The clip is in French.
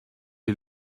est